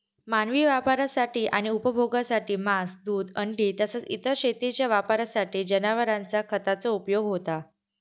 मानवी वापरासाठी आणि उपभोगासाठी मांस, दूध, अंडी तसाच इतर शेतीच्या वापरासाठी जनावरांचा खताचो उपयोग होता